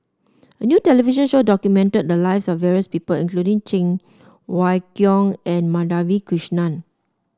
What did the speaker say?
a new television show documented the lives of various people including Cheng Wai Keung and Madhavi Krishnan